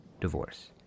divorce